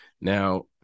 Now